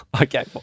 Okay